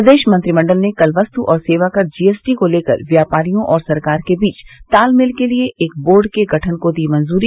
प्रदेश मंत्रिमंडल ने कल वस्तु और सेवा कर जीएसटी को लेकर व्यापारियों और सरकार के बीच तालमेल के लिये एक बोर्ड के गठन को दी मंजूरी